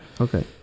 Okay